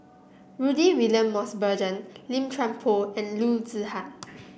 Rudy William Mosbergen Lim Chuan Poh and Loo Zihan